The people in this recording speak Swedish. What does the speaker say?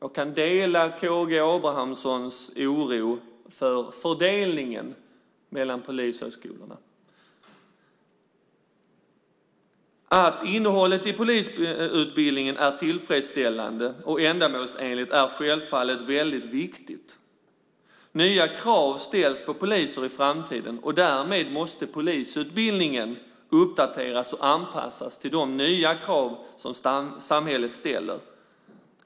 Jag kan dela K G Abramssons oro för fördelningen mellan polishögskolorna. Att innehållet i polisutbildningen är tillfredsställande och ändamålsenligt är självfallet väldigt viktigt. Nya krav ställs på poliser i framtiden, och därmed måste polisutbildningen uppdateras och anpassas till de nya krav som samhället ställer.